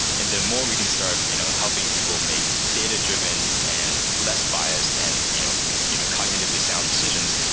and the more we can start you know helping people make data driven and less biased and you know you know cognitively sound decisions,